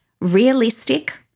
realistic